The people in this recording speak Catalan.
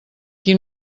qui